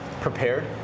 prepared